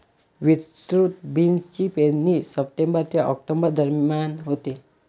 विस्तृत बीन्सची पेरणी सप्टेंबर ते ऑक्टोबर दरम्यान होते